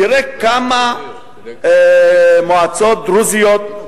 תראה כמה מועצות דרוזיות,